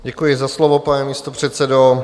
Děkuji za slovo, pane místopředsedo.